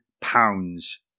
pounds